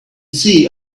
see